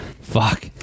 fuck